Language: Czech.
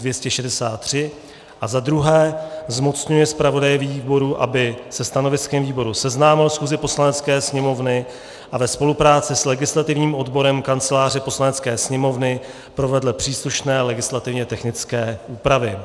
II. zmocňuje zpravodaje výboru, aby se stanoviskem výboru seznámil schůzi Poslanecké sněmovny a ve spolupráci s legislativním odborem Kanceláře Poslanecké sněmovny provedl příslušné legislativně technické úpravy.